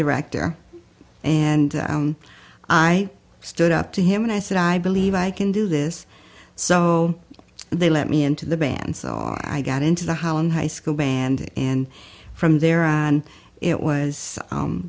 director and i stood up to him and i said i believe i can do this so they let me into the band saw i got into the hauen high school band and from there on it was